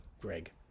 Greg